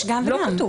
יש גם וגם.